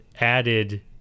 added